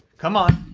come on,